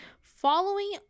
Following